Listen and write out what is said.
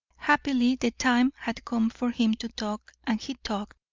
happily, the time had come for him to talk, and he talked.